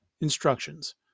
Instructions